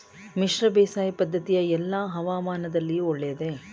ಮಿಶ್ರ ಬೇಸಾಯ ಪದ್ದತಿಯು ಎಲ್ಲಾ ಹವಾಮಾನದಲ್ಲಿಯೂ ಒಳ್ಳೆಯದೇ?